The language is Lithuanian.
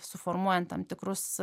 suformuojant tam tikrus